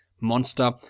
Monster